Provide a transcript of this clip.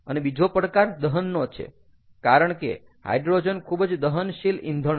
અને બીજો પડકાર દહનનો છે કારણ કે હાઈડ્રોજન ખુબ જ દહનશીલ ઇંધણ છે